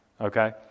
okay